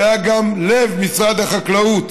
שהיה גם לב משרד החקלאות.